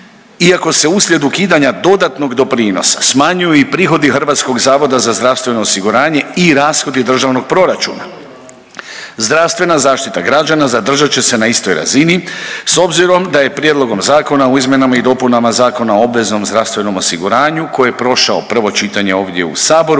Iako se uslijed ukidanja dodatnog doprinosa smanjuju i prihodi HZZO-a i rashodi državnog proračuna, zdravstvena zaštita građana zadržat će se na istoj razini s obzirom da je prijedlogom zakona u izmjenama i dopunama Zakona o obveznom zdravstvenom osiguranju koji je prošao prvo čitanje ovdje u saboru